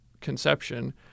conception